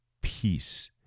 peace